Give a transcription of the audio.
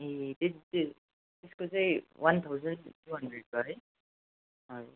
ए त्यो त्यसको चाहिँ वान थाउजन्ड टु हन्ड्रेडको है हजुर